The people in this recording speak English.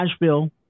Nashville